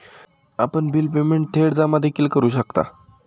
आपण bill payment थेट जमा देखील करू शकता